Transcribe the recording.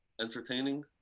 entertaining